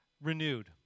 renewed